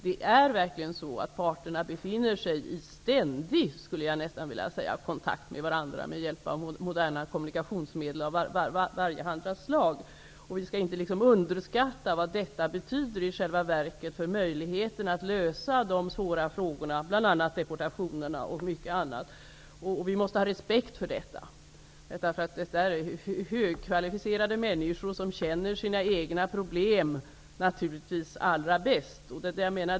Det är verkligen så att parterna befinner sig i ständig kontakt med varandra, med hjälp av moderna kommunikationsmedel av varjehanda slag, och vi skall inte underskatta vad det i själva verket betyder för möjligheterna att lösa de svåra frågorna, bl.a. deportationerna. Vi måste ha respekt för detta, därför att detta är högkvalificerade människor, som naturligtvis känner sina egna problem allra bäst.